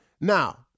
Now